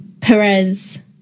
Perez